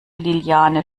liliane